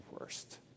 worst